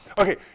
Okay